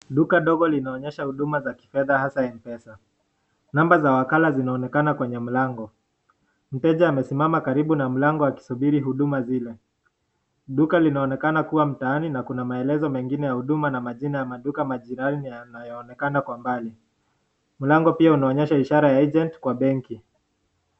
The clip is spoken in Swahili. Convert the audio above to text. Duka ndogo linaonyesha huduma za kifedha hasa Mpesa, namba za wakala zinaonekana kwenye mlango. Mteja amesimama karibu na mlango akisubiri huduma zile, duka linaonekana kuwa mtaani na kuna maelezo mengine ya huduma na majina ya maduka majirani yanayoonekana kwa mbali, mlango pia inaonyesha ishara ya agent kwa benki.